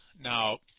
Now